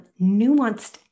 nuanced